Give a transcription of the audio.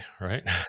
Right